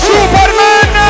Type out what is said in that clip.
Superman